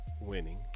Winning